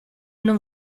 non